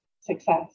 success